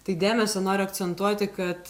tai dėmesio noriu akcentuoti kad